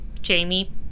Jamie